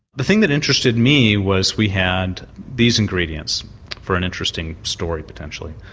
the thing that interested me was we had these ingredients for an interesting story potentially.